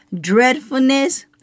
Dreadfulness